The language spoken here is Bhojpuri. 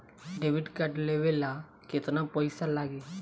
डेबिट कार्ड लेवे ला केतना पईसा लागी?